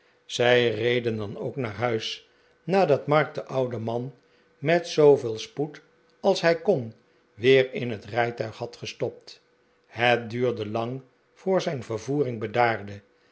zij reden dan ook naar huis nadat mark den ouden man met zooveel spoed als hij kon weer in het rijtuig had gestopt het duurde lang voor zijn vervoering